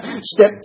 Step